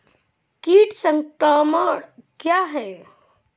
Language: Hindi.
कीट संक्रमण क्या है?